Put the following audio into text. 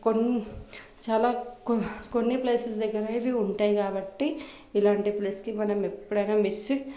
కొన్ని చాలా కొ కొన్ని ప్లేసెస్ దగ్గరే ఇవి ఉంటాయి కాబట్టి ఇలాంటి ప్లేస్కి మనం ఎప్పుడైనా మిస్